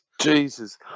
Jesus